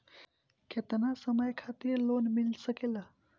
केतना समय खातिर लोन मिल सकेला?